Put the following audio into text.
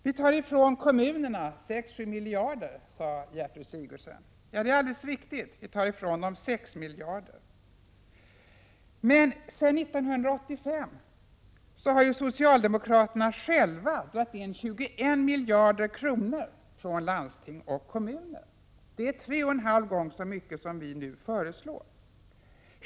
Vi tar ifrån kommunerna 6—7 miljarder kronor, sade Gertrud Sigurdsen. Det är alldeles riktigt att vi tar ifrån dem 6 miljarder kronor. Men sedan 1985 har ju socialdemokraterna själva dragit in 21 miljarder kronor från landsting och kommuner. Det är tre och en halv gång så mycket som vi nu föreslår.